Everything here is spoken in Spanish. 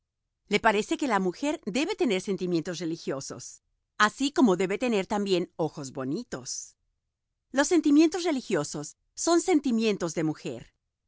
le parece que la mujer debe tener sentimientos religiosos así como debe tener también ojos bonitos los sentimientos religiosos son sentimientos de mujer